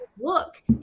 look